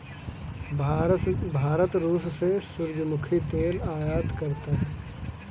भारत रूस से सूरजमुखी तेल आयात करता हैं